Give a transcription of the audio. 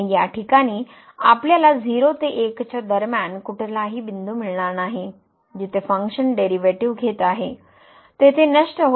आणि या ठिकाणी आपल्याला 0 ते 1 च्या दरम्यान कुठलाही बिंदू मिळणार नाही जिथे फंक्शन डेरिव्हेटिव्ह घेत आहे तेथे नष्ट होत आहे